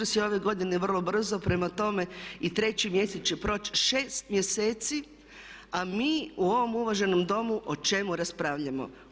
Uskrs je ove godine vrlo brzo prema tome i 3. mjesec će proći – 6 mjeseci a mi u ovom uvaženom Domu o čemu raspravljamo?